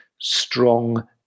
strong